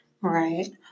Right